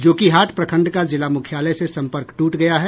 जोकीहाट प्रखंड का जिला मुख्यालय से संपर्क ट्रट गया है